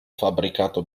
fabbricato